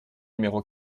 numéro